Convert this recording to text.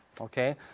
okay